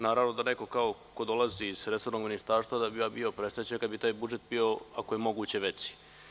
Naravno da, neko kao ko dolazi iz resornog ministarstva, da bih ja bio presrećan kada bi taj budžet bio, ako je moguće veći.